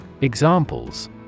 Examples